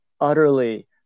utterly